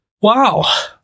Wow